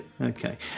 okay